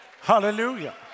Hallelujah